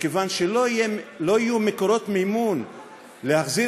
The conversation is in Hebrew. מכיוון שלא יהיו מקורות מימון להחזיר